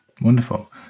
wonderful